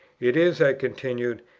it is, i continued,